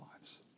lives